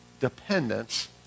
dependence